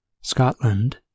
Scotland